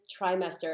trimester